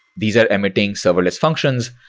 these are emitting serverless functions,